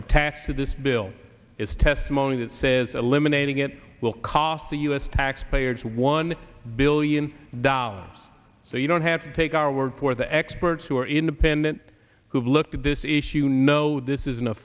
attached to this bill is testimony that says eliminating it will cost the u s taxpayers one billion dollars so you don't have to take our word for the experts who are independent who've looked at this issue know this isn't a